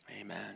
Amen